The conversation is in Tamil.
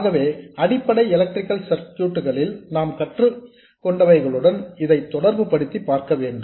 ஆகவே அடிப்படை எலக்ட்ரிக்கல் சர்க்யூட்ஸ் களில் நாம் கற்றுக்கொண்டவைகளுடன் இதை தொடர்புபடுத்தி பார்க்க வேண்டும்